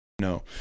No